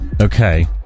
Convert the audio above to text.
Okay